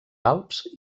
alps